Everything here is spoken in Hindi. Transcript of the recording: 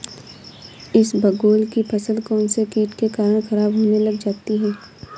इसबगोल की फसल कौनसे कीट के कारण खराब होने लग जाती है?